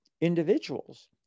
individuals